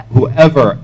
Whoever